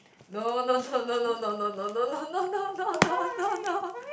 no no no no no no no no no no no no no